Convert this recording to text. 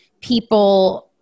people